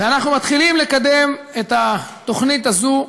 ואנחנו מתחילים לקדם את התוכנית הזו,